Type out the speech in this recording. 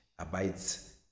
abides